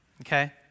Okay